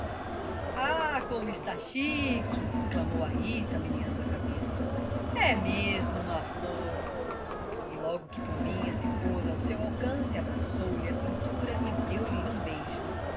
ah como está chique exclamou a rita meneando a cabeça é mesmo uma flor e logo que pombinha se pôs ao seu alcance abraçou lhe a cintura e deu-lhe um beijo